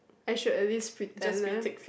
I should at least pretend eh